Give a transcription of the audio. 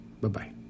Bye-bye